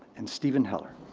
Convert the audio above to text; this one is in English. and steven heller.